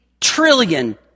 trillion